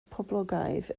poblogaidd